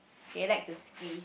they like to squeeze